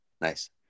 Nice